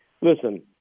Listen